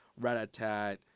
Ratatat